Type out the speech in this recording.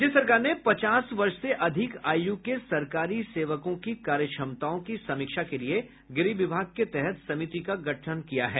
राज्य सरकार ने पचास वर्ष से अधिक आयु के सरकारी सेवकों की कार्यक्षमताओं की समीक्षा के लिए गृह विभाग के तहत समिति का गठन किया है